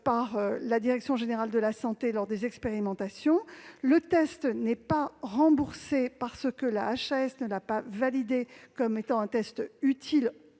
par la direction générale de la santé lors des expérimentations ; il n'est pas remboursé, parce que la HAS ne l'a pas validé à ce jour comme étant utile.